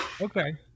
Okay